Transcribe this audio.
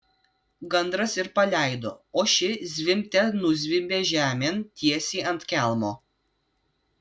gandras ir paleido o ši zvimbte nuzvimbė žemėn tiesiai ant kelmo